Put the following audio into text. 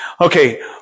Okay